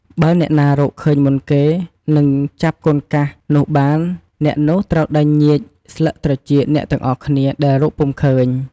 បើអ្នកណារកឃើញមុនគេ និងចាប់ "កូនកាស" នោះបាន អ្នកនោះត្រូវដេញញៀចស្លឹកត្រចៀកអ្នកទាំងអស់គ្នាដែលរកពុំឃើញ។